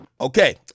Okay